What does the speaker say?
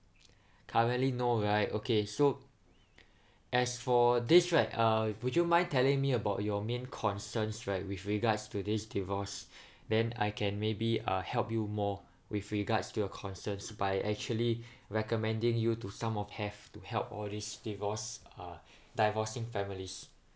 currently no right okay so as for this right uh would you mind telling me about your main concerns right with regards to this divorce then I can maybe uh help you more with regards to your concerns by actually recommending you to some of have help all these divorce uh divorcing families